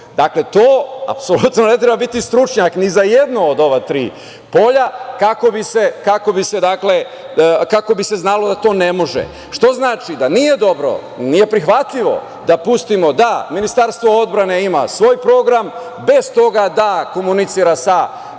Dakle, apsolutno ne treba biti stručnjak ni za jedno od ova tri polja kako bi se znalo da to ne može. To znači da nije dobro, nije prihvatljivo da pustimo da Ministarstvo odbrane ima svoj program, bez toga da komunicira sa